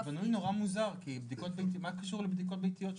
זה בנוי נורא מוזר, כי מה קשור לבדיקות ביתיות?